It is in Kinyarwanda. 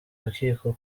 urukiko